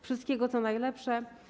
Wszystkiego, co najlepsze.